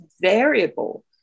variable